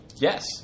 yes